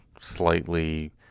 slightly